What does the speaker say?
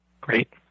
Great